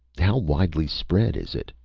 how widely spread is it?